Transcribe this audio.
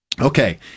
okay